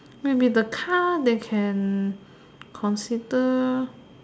will be the car they can consider